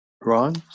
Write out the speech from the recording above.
Ron